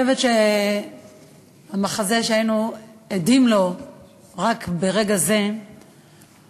אני חושבת שהמחזה שהיינו עדים לו רק ברגע זה הוא